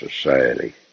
Society